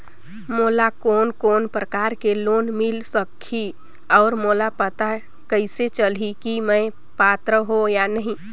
मोला कोन कोन प्रकार के लोन मिल सकही और मोला पता कइसे चलही की मैं पात्र हों या नहीं?